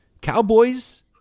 Cowboys